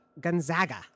Gonzaga